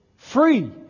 Free